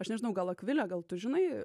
aš nežinau gal akvile gal tu žinai